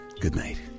goodnight